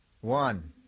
One